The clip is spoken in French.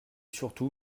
surtout